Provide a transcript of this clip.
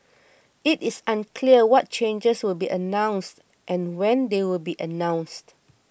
it is unclear what changes will be announced and when they will be announced